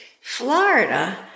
Florida